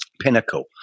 pinnacle